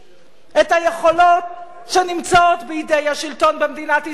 את היכולות, שנמצאות בידי השלטון במדינת ישראל,